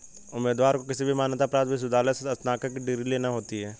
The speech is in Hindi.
उम्मीदवार को किसी भी मान्यता प्राप्त विश्वविद्यालय से स्नातक की डिग्री लेना होती है